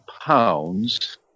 pounds